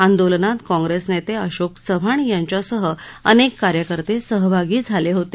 आंदोलनात काँग्रेस नेते अशोक चव्हाण यांच्यासह अनेक कार्यकर्ते सहभागी झाले होते